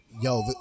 yo